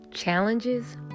Challenges